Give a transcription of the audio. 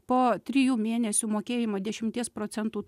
po trijų mėnesių mokėjimo dešimties procentų